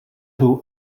who